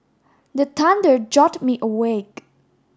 the thunder jolt me awake